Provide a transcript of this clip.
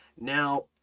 now